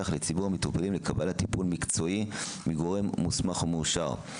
לציבור המטופלים קבלת טיפול מקצועי מגורם מוסמך ומאושר.